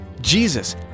jesus